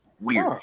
Weird